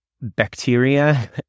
bacteria